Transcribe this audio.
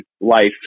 life